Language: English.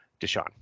Deshaun